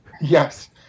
Yes